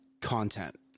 content